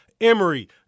Emory